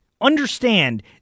Understand